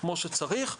כמו שצריך.